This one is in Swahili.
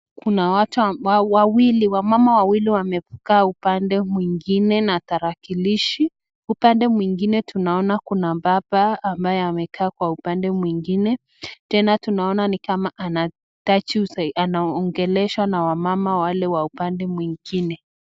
Kuna watu wamama wawili ambao wamekaa upande mwingine na tarakilishi, upande mwingine tunaona Kuna mbaba ambaye amekaa kwa upande mwingine, Tena tunaona ni kama anastatu na anaongeleshwa na wamama wale wa upande mwingine.